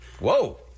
Whoa